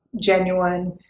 genuine